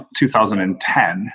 2010